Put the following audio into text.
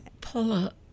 Paula